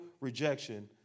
rejection